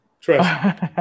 Trust